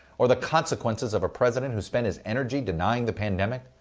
or the consequences of a president who spent his energy denying the pandemic,